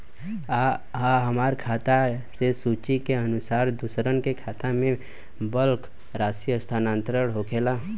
आ हमरा खाता से सूची के अनुसार दूसरन के खाता में बल्क राशि स्थानान्तर होखेला?